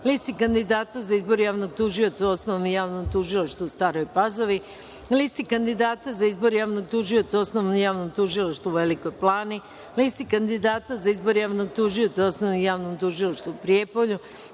Listi kandidata za izbor javnog tužioca u Osnovnom javnom tužilaštvu u Staroj Pazovi, Listi kandidata za izbor javnog tužioca u Osnovnom javnom tužilaštvu u Velikoj Plani, Listi kandidata za izbor javnog tužioca u Osnovnom javnom tužilaštvu u Prijepolju,